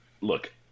look